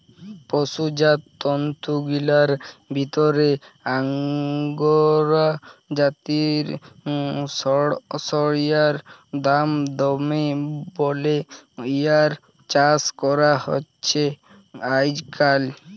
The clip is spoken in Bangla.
পসুজাত তন্তুগিলার ভিতরে আঙগোরা জাতিয় সড়সইড়ার দাম দমে বল্যে ইয়ার চাস করা হছে আইজকাইল